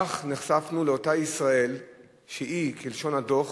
כך נחשפנו לאותה ישראל שהיא, כלשון הדוח,